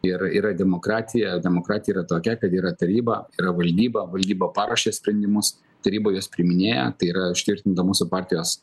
yra yra demokratija demokratija yra tokia kad yra taryba yra valdyba valdyba paruošia sprendimus taryba juos priiminėja tai yra užtikrinta mūsų partijos